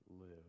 live